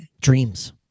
dreams